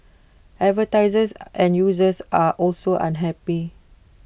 advertisers and users are also unhappy